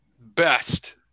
best